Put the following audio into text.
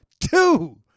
two